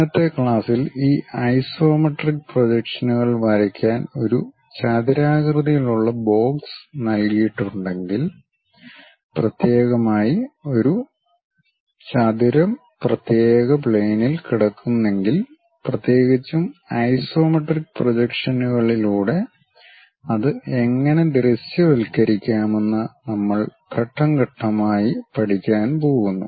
ഇന്നത്തെ ക്ലാസിൽ ഈ ഐസോമെട്രിക് പ്രൊജക്ഷനുകൾ വരയ്ക്കാൻ ഒരു ചതുരാകൃതിയിലുള്ള ബോക്സ് നൽകിയിട്ടുണ്ടെങ്കിൽ പ്രത്യേകമായി ഒരു ചതുരം പ്രത്യേക പ്ലെയിനിൽ കിടക്കുന്നെങ്കിൽ പ്രത്യേകിച്ചും ഐസോമെട്രിക് പ്രൊജക്ഷനുകളിലൂടെ അത് എങ്ങനെ ദൃശ്യവൽക്കരിക്കാമെന്ന് നമ്മൾ ഘട്ടം ഘട്ടമായി പഠിക്കാൻ പോകുന്നു